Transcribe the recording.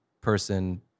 person